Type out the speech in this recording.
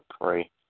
pray